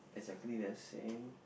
exactly the same